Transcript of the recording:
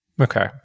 Okay